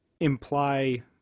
imply